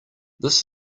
this